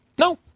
No